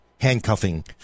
handcuffing